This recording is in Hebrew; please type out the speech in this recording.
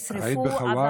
שנשרפו.